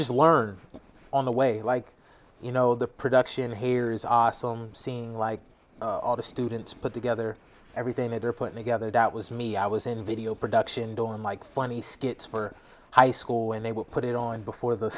just learn on the way like you know the production here is awesome seeing like all the students put together everything that are put together that was me i was in a video production don't like funny skits for high school when they would put it on before the